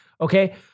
Okay